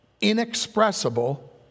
inexpressible